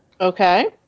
Okay